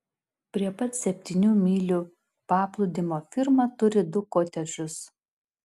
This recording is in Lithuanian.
prie pat septynių mylių paplūdimio firma turi du kotedžus